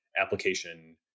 application